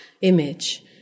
image